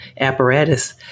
apparatus